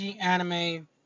anime